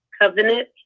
covenant